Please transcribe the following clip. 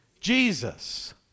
Jesus